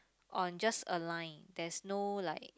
on just a line there's no like